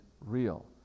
real